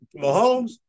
Mahomes